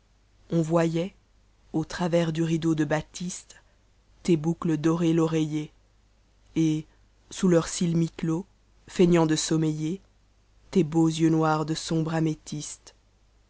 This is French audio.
on voyait au travers du rideau de batiste tes boucles dorer l'oreiller et sous leurs cils mi-clos lignant de sommeiller tes beaux yeux de sombre améthyste